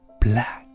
Black